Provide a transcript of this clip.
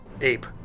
ape